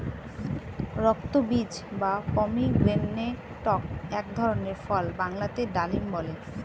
রক্তবীজ বা পমিগ্রেনেটক এক ধরনের ফল বাংলাতে ডালিম বলে